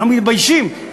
אנחנו מתביישים,